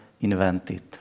invented